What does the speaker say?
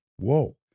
Whoa